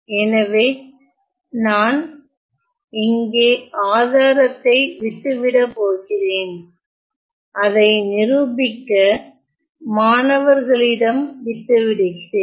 எனவே நான் இங்கே ஆதாரத்தை விட்டுவிடப் போகிறேன் அதை நிரூபிக்க மாணவர்களிடம் விட்டுவிடுகிறேன்